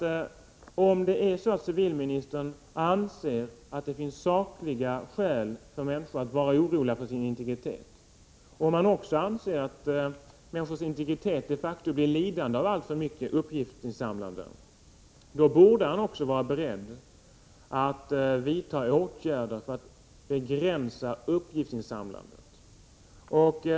Om det är så att civilministern anser att det finns sakliga skäl för människor att vara oroliga för sin integritet, och om han också anser att människors integritet de facto blir lidande av alltför mycket uppgiftsinsamlande, då borde han också vara beredd att vidta åtgärder för att begränsa uppgiftsinsamlandet.